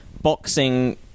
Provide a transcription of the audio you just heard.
boxing